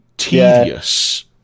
tedious